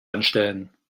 anstellen